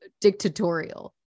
dictatorial